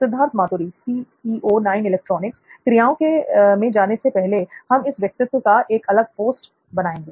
सिद्धार्थ मातुरी क्रियाओं में जाने से पहले हम इस व्यक्तित्व का एक अलग पोस्ट बनाएंगे